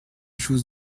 chose